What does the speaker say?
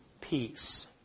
peace